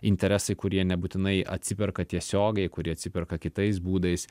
interesai kurie nebūtinai atsiperka tiesiogiai kurie atsiperka kitais būdais